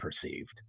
perceived